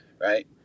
right